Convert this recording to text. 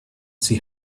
see